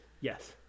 Yes